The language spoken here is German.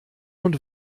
und